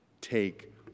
take